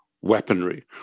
weaponry